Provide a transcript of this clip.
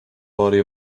body